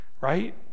right